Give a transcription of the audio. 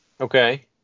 Okay